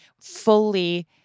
fully